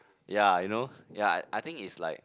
ya you know ya I I think it's like